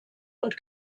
und